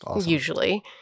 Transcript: Usually